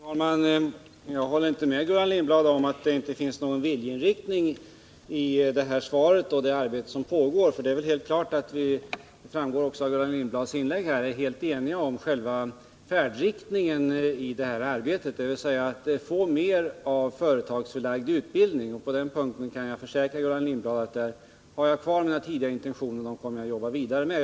Fru talman! Jag håller inte med Gullan Lindblad om att det i svaret saknas uttryck för viljeinriktning när det gäller det arbete som pågår. Det är helt klart — och det framgick också av Gullan Lindblads inlägg — att vi är eniga om 37 själva färdriktningen för det här arbetet, dvs. att försöka få mer av företagsförlagd utbildning. Jag kan försäkra Gullan Lindblad att jag på den punkten står fast vid mina tidigare intentioner och att jag arbetar vidare på den linjen.